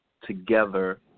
together